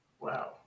Wow